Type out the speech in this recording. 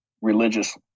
religious